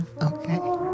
okay